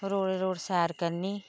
रोड़े रोड़ सैर करनी